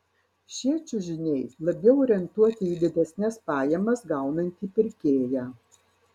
šie čiužiniai labiau orientuoti į didesnes pajamas gaunantį pirkėją